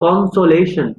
consolation